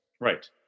Right